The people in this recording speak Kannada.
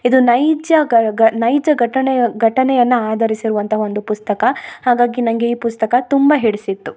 ಇದು ನೈಜ ಗ ಗ ನೈಜ ಘಟಣೆ ಘಟನೆಯನ್ನ ಆಧರಿಸಿರುವಂಥ ಒಂದು ಪುಸ್ತಕ ಹಾಗಾಗಿ ನನಗೆ ಈ ಪುಸ್ತಕ ತುಂಬ ಹಿಡಿಸಿತ್ತು